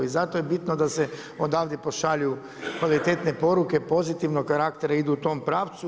I zato je bitno da se odavdje pošalju kvalitetne poruke, pozitivnog karaktera idu u tom pravcu.